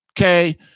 okay